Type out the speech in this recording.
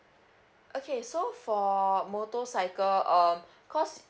okay so for motorcycle uh cause